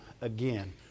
again